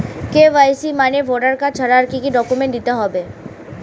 KYC মানে voter card ছাড়া আর কি কি ডকুমেন্ট দিতে হবে?